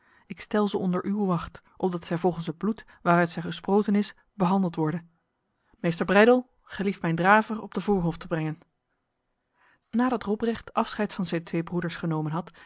ik stel ze onder uw wacht opdat zij volgens het bloed waaruit zij gesproten is behandeld worde meester breydel gelief mijn draver op de voorhof te brengen nadat robrecht afscheid van zijn twee broeders genomen had